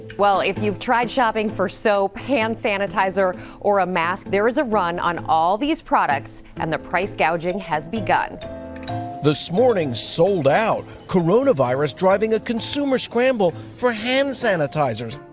well, if you've tried shopping for soap, hand sanitizer or a mask, there is a run on all these products and the price gouging has begun this morning, sold out corona virus, driving a consumer scramble for hand sanitizers.